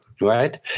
Right